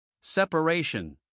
Separation